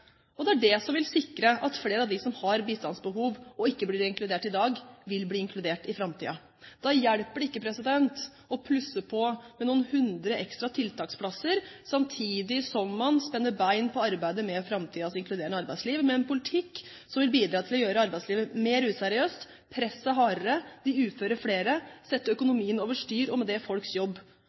Det er det som vil sikre at flere av dem som har bistandsbehov, og ikke blir inkludert i dag, vil bli inkludert i framtiden. Det hjelper ikke å plusse på noen hundre ekstra tiltaksplasser samtidig som man spenner bein for arbeidet med framtidens inkluderende arbeidsliv med en politikk som vil bidra til å gjøre arbeidslivet mer useriøst, presset hardere, de uføre flere, sette økonomien over styr, og med det folks jobb,